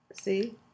See